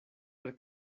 per